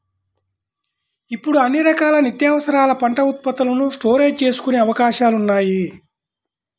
ఇప్పుడు అన్ని రకాల నిత్యావసరాల పంట ఉత్పత్తులను స్టోరేజీ చేసుకునే అవకాశాలున్నాయి